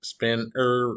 Spinner